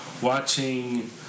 watching